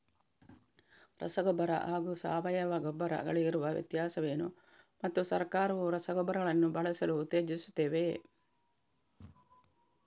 ರಸಗೊಬ್ಬರ ಹಾಗೂ ಸಾವಯವ ಗೊಬ್ಬರ ಗಳಿಗಿರುವ ವ್ಯತ್ಯಾಸವೇನು ಮತ್ತು ಸರ್ಕಾರವು ರಸಗೊಬ್ಬರಗಳನ್ನು ಬಳಸಲು ಉತ್ತೇಜಿಸುತ್ತೆವೆಯೇ?